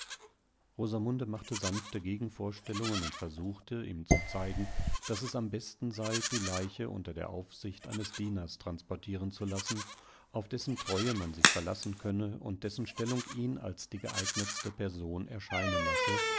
rosamunde machte sanfte gegenvorstellungen und versuchte ihm zu zeigen daß es ambestensei dieleicheunterderaufsichtihresdienerstransportierenzulassen auf dessen treue man sich verlassen könne und dessen stellung ihn als die geeignetste person erscheinen lasse